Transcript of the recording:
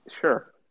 Sure